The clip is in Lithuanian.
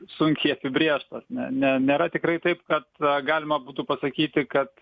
sunkiai apibrėžtas ne ne nėra tikrai taip kad galima būtų pasakyti kad